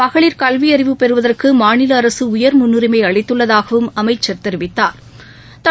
மகளிர் கல்வி அறிவு பெறுவதற்கு மாநில அரசு உயர் முன்னுரிமை அளித்துள்ளதாகவும் அமைச்சர் தெரிவித்தாா்